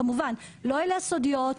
כמובן לא אלה הסודיות,